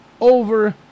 over